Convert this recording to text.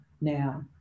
now